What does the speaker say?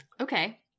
Okay